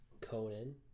Conan